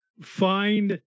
Find